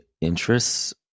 interests